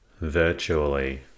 Virtually